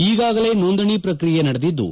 ಈಗಾಗಲೇ ನೋಂದಣಿ ಪ್ರಕ್ರಿಯೆ ನಡೆದಿದ್ದು